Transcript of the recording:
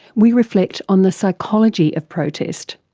we reflect on the psychology of protest.